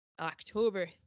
October